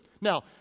Now